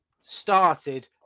started